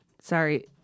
sorry